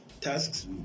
tasks